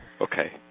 Okay